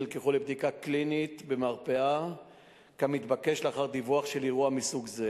ונלקחו לבדיקה קלינית במרפאה כמתבקש לאחר דיווח של אירוע מסוג זה,